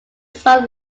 son